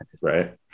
right